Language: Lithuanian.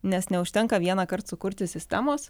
nes neužtenka vienąkart sukurti sistemos